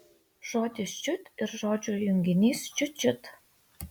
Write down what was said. žodis čiut ir žodžių junginys čiut čiut